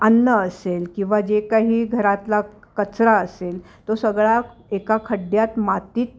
अन्न असेल किंवा जे काही घरातला कचरा असेल तो सगळा एका खड्ड्यात मातीत